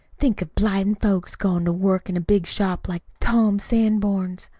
think of blind folks goin' to work in a big shop like tom sanborn's!